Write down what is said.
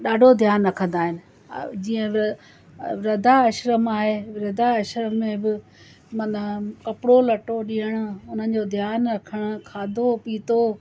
ॾाढो ध्यानु रखंदा आहिनि जीअं वृ वृद्धाश्रम आहे वृद्धाश्रम में बि माना कपिड़ो लटो ॾियणु उन्हनि जो ध्यानु रखणु खाधो पीतो